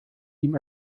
ihm